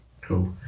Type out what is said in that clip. Cool